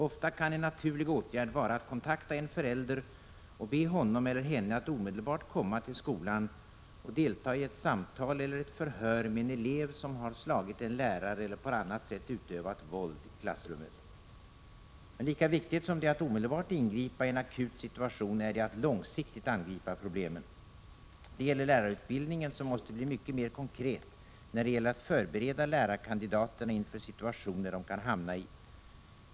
Ofta kan en naturlig åtgärd vara att kontakta en förälder och be honom eller henne att omedelbart komma till skolan och delta i ett samtal eller förhör med en elev som har slagit en lärare eller på annat sätt utövat våld i klassrummet. Men lika viktigt som det är att omedelbart ingripa i en akut situation är det att långsiktigt angripa problemen. Det gäller lärarutbildningen, som måste bli mycket mer konkret när det gäller att förbereda lärarkandidaterna inför situationer de kan hamna i.